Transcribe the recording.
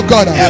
God